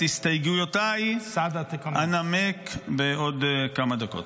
את הסתייגויותיי אנמק בעוד כמה דקות.